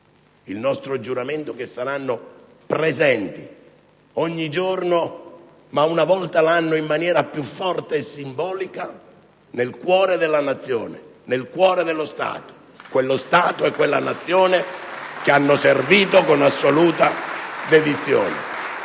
li dimenticheremo, che saranno presenti ogni giorno, ma una volta l'anno in maniera più forte e simbolica, nel cuore della Nazione, nel cuore dello Stato: quello Stato e quella Nazione che essi hanno servito con assoluta dedizione.